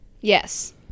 Yes